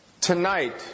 tonight